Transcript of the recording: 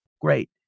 great